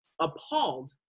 appalled